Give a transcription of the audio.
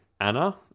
Anna